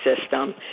system